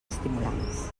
estimulants